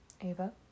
Ava